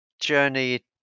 journey